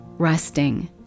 resting